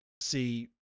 see